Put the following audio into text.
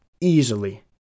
easily